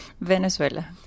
Venezuela